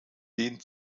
den